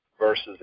versus